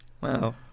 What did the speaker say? Wow